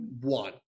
one